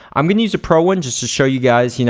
i'm gonna use a pro one just to show you guys. you know